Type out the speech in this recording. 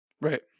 Right